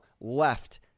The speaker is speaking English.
Left